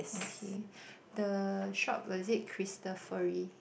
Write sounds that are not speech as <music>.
okay <breath> the shop was it Cristofori